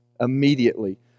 immediately